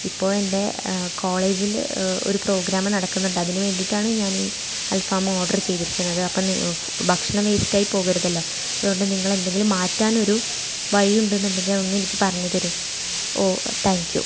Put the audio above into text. ഇപ്പോഴെൻ്റെ കോളേജിൽ ഒരു പ്രോഗ്രാം നടക്കുന്നുണ്ട് അതിനു വേണ്ടിയിട്ടാണ് ഞാനീ അൽഫാം ഓർഡർ ചെയ്തിരിക്കുന്നത് അപ്പം ഭക്ഷണം വേസ്റ്റായി പോകരുതല്ലോ അതുകൊണ്ട് നിങ്ങളെന്തെങ്കിലും മാറ്റാനൊരു വഴിയുണ്ടെന്നുണ്ടെങ്കിൽ അതൊന്നെനിക്ക് പറഞ്ഞു തരുമോ ഓ താങ്ക് യു